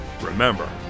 Remember